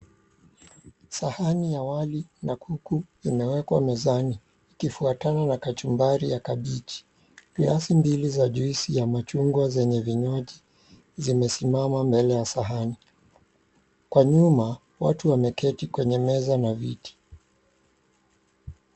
Sahani ya wali na kuku imewekwa mezani ikifuatana na kachumbari ya kabichi, glasi mbili za juisi ya machungwa zenye vinyaji zimesimama mbele ya sahani, kwa nyuma watu wameketi kwenye meza na viti.